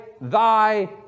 thy